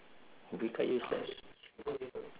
ubi kayu is like